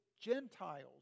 Gentiles